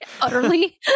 Utterly